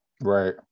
right